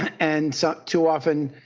and so too often,